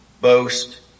boast